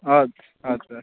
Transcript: ادسہ ادسا